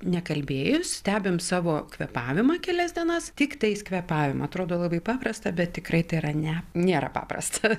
nekalbėjus stebim savo kvėpavimą kelias dienas tiktais kvėpavimą atrodo labai paprasta bet tikrai tai yra ne nėra paprasta